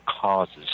causes